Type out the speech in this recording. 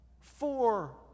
Four